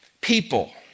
people